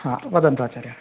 ह वदन्तु आचार्याः